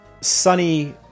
sunny